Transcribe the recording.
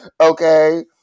Okay